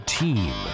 team